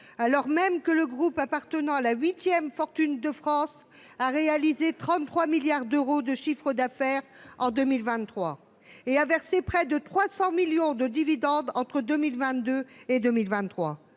alors même que le groupe, appartenant à la huitième fortune de France, a réalisé 33 milliards d’euros de chiffre d’affaires en 2023, qu’il a versé près de 300 millions de dividendes entre 2022 et 2023